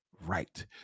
right